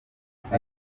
munsi